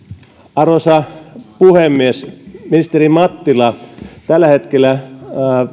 arvoisa puhemies ministeri mattila tällä hetkellä